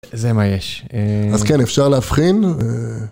זה מה יש. אז כן אפשר להבחין